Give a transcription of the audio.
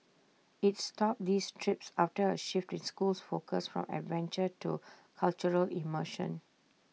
IT stopped these trips after A shift in school's focus from adventure to cultural immersion